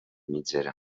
mitgera